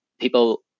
people